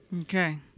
Okay